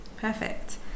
perfect